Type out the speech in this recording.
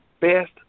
best